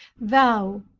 thou,